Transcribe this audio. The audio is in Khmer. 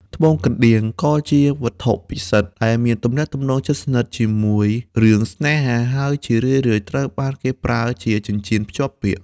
ត្បូងកណ្តៀងក៏ជាវត្ថុពិសិដ្ឋដែលមានទំនាក់ទំនងជិតស្និទ្ធជាមួយរឿងស្នេហា ហើយជារឿយៗត្រូវបានគេប្រើជាចិញ្ចៀនភ្ជាប់ពាក្យ។